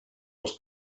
els